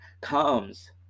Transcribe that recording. comes